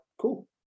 cool